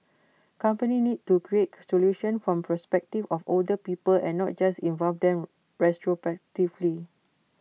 companies need to create solutions from perspective of older people and not just involved them retrospectively